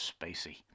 Spacey